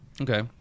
Okay